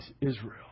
Israel